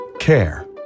Care